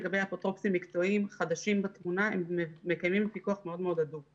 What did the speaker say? לגבי אפוטרופוסים מקצועיים חדשים בתמונה מקיימים פיקוח הדוק מאוד.